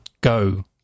go